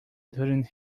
during